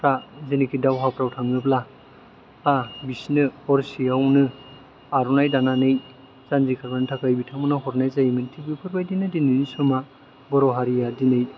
जेनेखि दावहाफ्राव थाङोब्ला बिसोरनो हरसेयावनो आर'नाय दानानै जानजि खाफ्रानो थाखाय बिथांमोननो हरनाय जायोमोन थिग बेफोर बायदिनो दिनैनि समा बर' हारिया दिनै